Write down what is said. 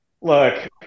look –